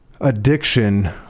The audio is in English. addiction